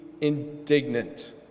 indignant